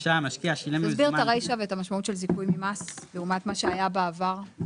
תסביר את הרישה ואת המשמעות של זיכוי ממס לעומת מה שהיה בעבר.